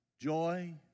joy